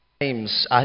Names